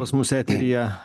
pas mus eteryje